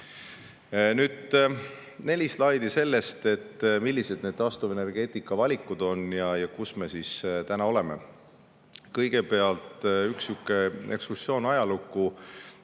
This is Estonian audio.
Nüüd neli slaidi sellest, millised need taastuvenergeetika valikud on ja kus me täna oleme. Kõigepealt üks sihuke ekskursioon ajalukku: